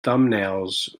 thumbnails